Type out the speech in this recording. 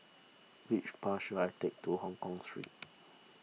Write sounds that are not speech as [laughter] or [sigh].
which bus should I take to Hongkong Street [noise]